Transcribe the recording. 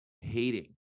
hating